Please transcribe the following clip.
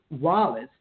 Wallace